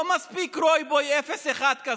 לא מספיק רוי בוי אפס אחד כזה.